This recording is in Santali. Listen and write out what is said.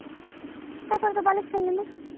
ᱛᱟᱯᱚᱨ ᱟᱫᱚ ᱵᱟᱞᱮ ᱥᱮᱱᱞᱮᱱᱟ